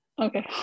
okay